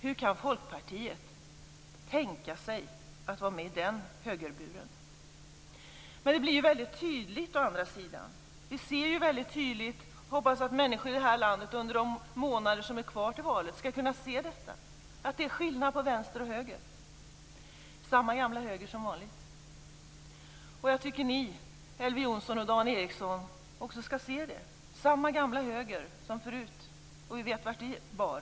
Hur kan Folkpartiet tänka sig att vara med i den högerburen? Å andra sidan blir det nu väldigt tydligt. Vi får hoppas att människorna i det här landet under de månader som är kvar till valet skall kunna se att det är skillnad på vänster och höger. Det är samma gamla höger som vanligt. Jag tycker att ni, Elver Jonsson och Dan Ericsson, också skall se det. Det är samma gamla höger som förut. Vi vet vart det bar.